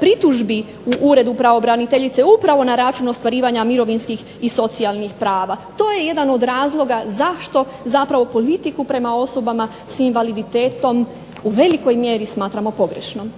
pritužbi u uredu pravobraniteljice upravo na račun ostvarivanja mirovinskih i socijalnih prava. To je jedan od razloga zašto zapravo politiku prema osobama s invaliditetom u velikoj mjeri smatramo pogrešnom.